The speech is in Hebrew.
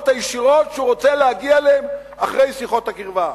הישירות שהוא רוצה להגיע אליהן אחרי שיחות הקרבה.